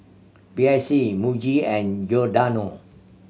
B I C Muji and Giordano